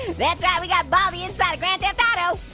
that's right, we got baldy inside of grand theft auto.